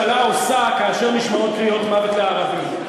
אני אמרתי מה הממשלה עושה כאשר נשמעות קריאות "מוות לערבים".